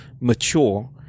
mature